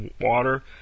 water